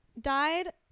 died